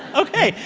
ok.